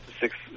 six